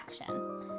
action